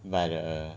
but uh